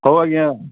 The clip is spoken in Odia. ହଉ ଆଜ୍ଞା